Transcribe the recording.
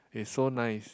is so nice